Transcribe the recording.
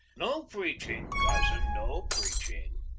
no preaching, cousin, no preaching,